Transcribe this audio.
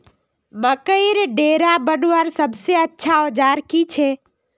मकईर डेरा बनवार सबसे अच्छा औजार की छे?